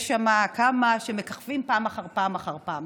יש שם כמה שמככבים פעם אחר פעם אחר פעם,